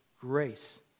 grace